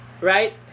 Right